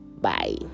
bye